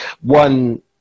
one